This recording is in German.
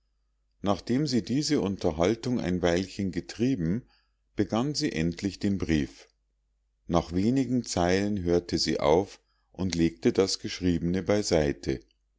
nachdem sie diese unterhaltung ein weilchen getrieben begann sie endlich den brief nach wenigen zeilen hörte sie auf und legte das geschriebene beiseite